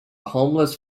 homeless